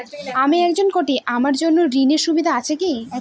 আমি একজন কট্টি আমার জন্য ঋণের সুবিধা আছে কি?